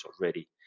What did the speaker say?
already